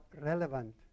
relevant